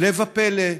הפלא ופלא,